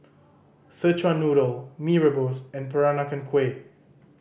Szechuan Noodle Mee Rebus and Peranakan Kueh